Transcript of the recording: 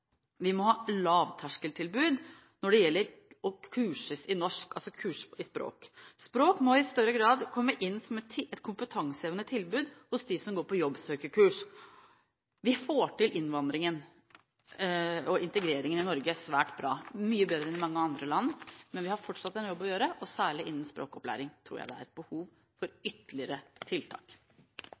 Vi må verdsette realkompetanse. Vi må ha lavterskeltilbud når det gjelder å kurses i norsk, altså kurses i språk. Språk må i større grad komme inn som et kompetansehevende tilbud til dem som går på jobbsøkerkurs. Vi får til integreringen i Norge svært bra, mye bedre enn i mange andre land, men vi har fortsatt en jobb å gjøre. Særlig innen språkopplæring tror jeg det er behov for ytterligere tiltak.